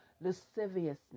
Lasciviousness